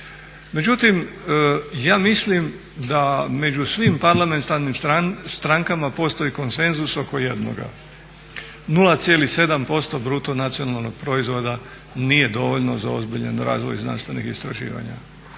Međutim, ja mislim da među svim parlamentarnim strankama postoji konsenzus oko jednoga, 0,7% bruto nacionalnog proizvoda nije dovoljno za ozbiljan razvoj znanstvenih istraživanja.